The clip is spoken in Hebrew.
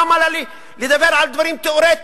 למה לי לדבר על דברים תיאורטיים?